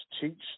teach